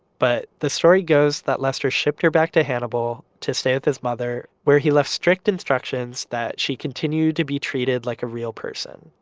but the story goes that lester shipped her back to hannibal to stay with his mother where he left strict instructions that she continued to be treated like a real person,